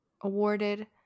awarded